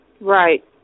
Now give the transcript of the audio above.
Right